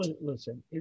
Listen